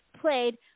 played